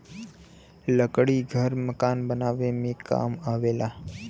लकड़ी घर मकान बनावे में काम आवेला